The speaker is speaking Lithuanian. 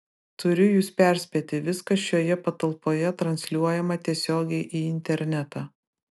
turiu jus perspėti viskas šioje patalpoje transliuojama tiesiogiai į internetą